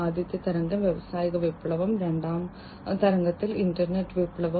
ആദ്യത്തെ തരംഗം വ്യാവസായിക വിപ്ലവം രണ്ടാം തരംഗത്തിൽ ഇന്റർനെറ്റ് വിപ്ലവം